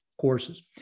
courses